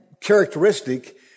characteristic